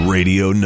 Radio